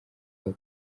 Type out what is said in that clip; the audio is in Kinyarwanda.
aho